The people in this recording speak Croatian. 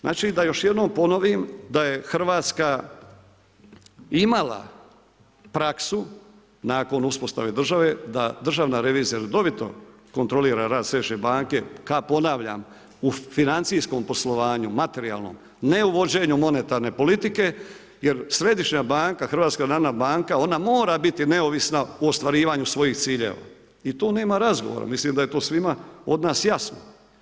Znači da još jednom ponovim da je Hrvatska imala praksu nakon uspostave države da Državna revizija redovito kontrolira rad središnje banke ka ponavljam, u financijskom poslovanju, materijalnom, ne u vođenju monetarne politike jer središnja banka, HNB, ona mora biti neovisna u ostvarivanju svojih ciljeva, i tu nema razgovora, mislim da je to svima od nas jasno.